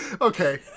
Okay